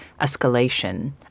escalation